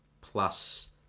plus